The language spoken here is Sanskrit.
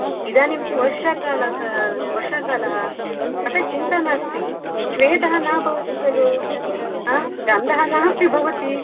इदानीं तु वर्षकाल क वर्षाकालः अतः चिन्ता नास्ति स्वेदः न भवति खलु गन्धः नापि भवति